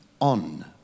on